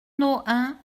nohain